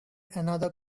another